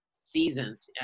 seasons